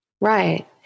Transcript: Right